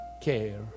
care